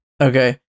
okay